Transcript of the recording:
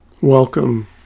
Welcome